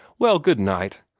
well, good-night!